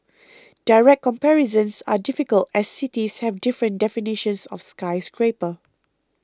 direct comparisons are difficult as cities have different definitions of skyscraper